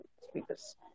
speakers